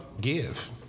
give